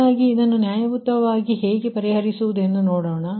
ಹೀಗಾಗಿ ಇದನ್ನು ನ್ಯಾಯಯುತವಾಗಿ ಹೇಗೆ ಪರಿಹರಿಸುವುದೆಂದು ನೋಡೋಣ